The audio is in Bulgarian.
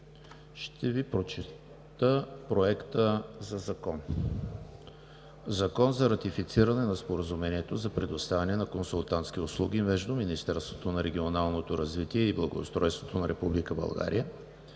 ще Ви прочета: „Проект! ЗАКОН за ратифициране на Споразумението за предоставяне на консултантски услуги между Министерството на регионалното развитие и благоустройството на Република България